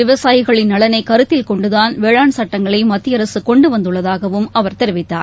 விவசாயிகளின் நலனை கருத்தில் கொண்டுதான் வேளாண் சுட்டங்களை மத்திய அரசு கொண்டு வந்துள்ளதாகவும் அவர் தெரிவித்தார்